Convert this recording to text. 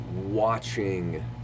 watching